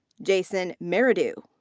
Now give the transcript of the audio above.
jason meridew.